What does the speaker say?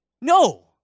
No